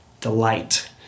delight